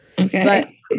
Okay